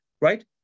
right